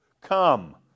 Come